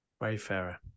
wayfarer